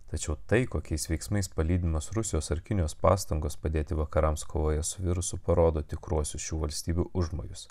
tačiau tai kokiais veiksmais palydimas rusijos ar kinijos pastangos padėti vakarams kovoje su virusu parodo tikruosius šių valstybių užmojus